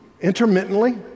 intermittently